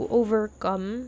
overcome